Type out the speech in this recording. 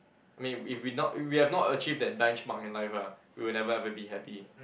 I mean if we not we have not achieve that benchmark in life ah we will never ever be happy